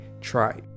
try